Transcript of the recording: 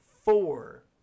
four